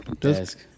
Desk